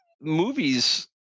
movies